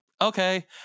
okay